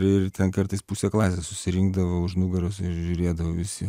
ir ten kartais pusė klasės susirinkdavo už nugaros ir žiūrėdavo visi